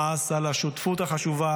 על השותפות החשובה,